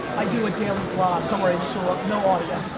i do a daily vlog. don't worry, so ah no audio. oh,